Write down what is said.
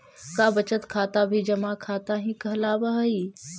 का बचत खाता भी जमा खाता ही कहलावऽ हइ?